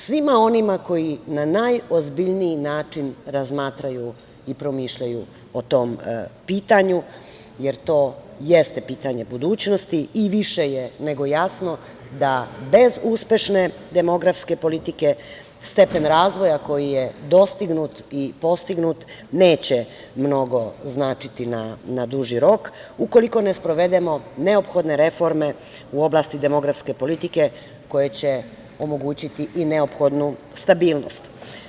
Svima onima koji na najozbiljniji način razmatraju i promišljaju o tom pitanju, jer to jeste pitanje budućnosti, i više je nego jasno da bez uspešne demografske politike stepen razvoja koji je dostignut i postignut neće mnogo značiti na duži rok ukoliko ne sprovedemo neophodne reforme u oblasti demografske politike koje će omogućiti i neophodnu stabilnost.